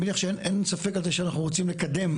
אין ספק על זה שאנחנו רוצים לקדם,